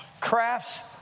crafts